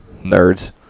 nerds